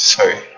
Sorry